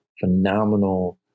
phenomenal